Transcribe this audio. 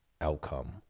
outcome